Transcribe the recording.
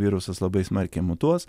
virusas labai smarkiai mutuos